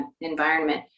environment